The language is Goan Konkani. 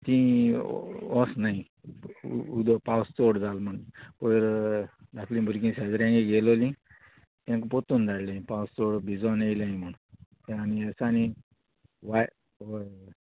तीं वोचनाय उदक पावस चोड जाल म्हूण पयर दाकलीं भुरगीं शेजऱ्यांगे गेलोलीं तेंकां पोत्तून दाडलीं पावस चोड भिजोन येयल्याय म्हूण आनी ह्या दिसांनी वाय वोय वोय